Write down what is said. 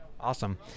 Awesome